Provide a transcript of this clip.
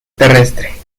terrestre